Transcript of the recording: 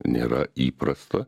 nėra įprasta